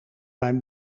mijn